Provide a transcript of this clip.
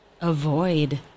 avoid